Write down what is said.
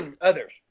others